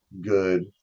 good